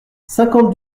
cinquante